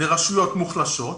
לרשויות מוחלשות,